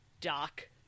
doc